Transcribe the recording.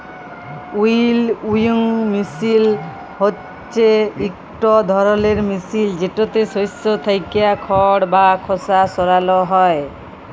উইলউইং মিশিল হছে ইকট ধরলের মিশিল যেটতে শস্য থ্যাইকে খড় বা খসা সরাল হ্যয়